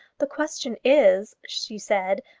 the question is, she said,